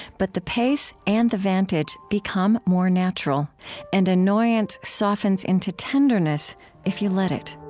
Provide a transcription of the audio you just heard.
but the pace and the vantage become more natural and annoyance softens into tenderness if you let it.